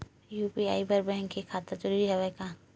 UPI बर bank खाता जरूरी हवय का?